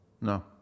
No